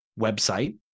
website